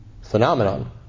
phenomenon